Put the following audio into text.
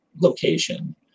location